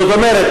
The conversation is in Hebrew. זאת אומרת,